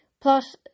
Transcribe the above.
plus